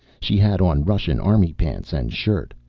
she had on russian army pants and shirt.